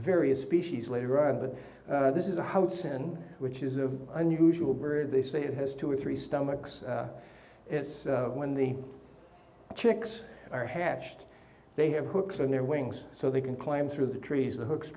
various species later on but this is a house in which is of unusual bird they say it has two or three stomachs it's when the chicks are hatched they have hooks on their wings so they can climb through the trees the hooks